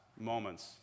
moments